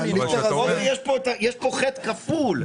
יש פה חטא כפול.